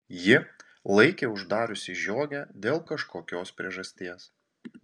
ji laikė uždariusi žiogę dėl kažkokios priežasties